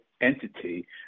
entity